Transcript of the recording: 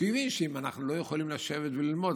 כי הוא הבין שאם אנחנו לא יכולים לשבת וללמוד,